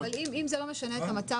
אבל אם זה לא משנה את המצב,